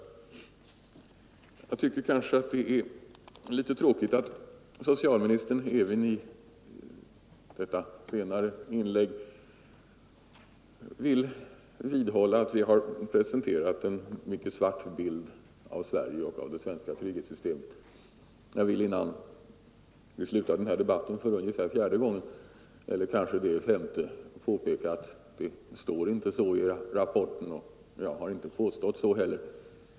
Sedan tycker jag också att det är litet tråkigt att socialministern även i sitt senaste inlägg vidhöll att vi har målat en mycket svart bild av Sverige och av det svenska trygghetssystemet. Innan vi slutar denna debatt vill jag för fjärde eller kanske det är femte gången påpeka att det har vi inte gjort i rapporten, och det har jag inte gjort här heller.